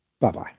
Bye-bye